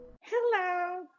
Hello